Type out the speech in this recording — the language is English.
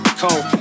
cold